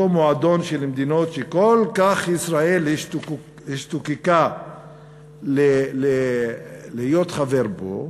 אותו מועדון של מדינות שישראל כל כך השתוקקה להיות חברה בו,